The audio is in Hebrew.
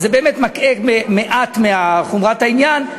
אז זה באמת מקהה מעט מחומרת העניין,